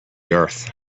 earth